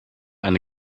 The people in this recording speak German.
eine